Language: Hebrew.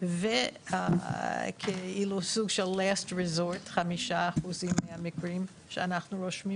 ומה שנשאר בערך כ-5% מהמקרים שאנחנו רושמים